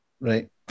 Right